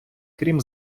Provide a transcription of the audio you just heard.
крім